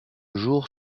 jour